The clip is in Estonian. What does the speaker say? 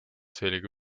selge